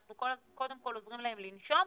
אנחנו קודם כל עוזרים להם לנשום,